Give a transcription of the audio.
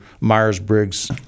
Myers-Briggs